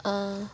अँ